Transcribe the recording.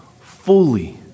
fully